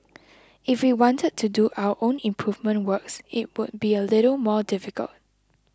if we wanted to do our own improvement works it would be a little more difficult